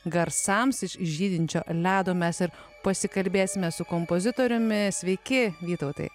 garsams iš žydinčio ledo mes ir pasikalbėsime su kompozitoriumi sveiki vytautai